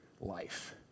life